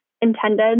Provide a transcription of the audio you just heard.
intended